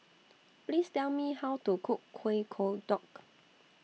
Please Tell Me How to Cook Kueh Kodok